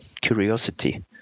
curiosity